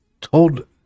told